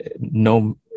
no